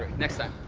next time.